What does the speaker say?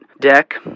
deck